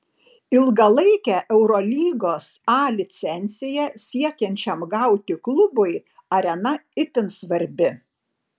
ilgalaikę eurolygos a licenciją siekiančiam gauti klubui arena itin svarbi